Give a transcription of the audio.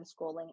scrolling